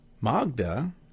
Magda